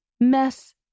mess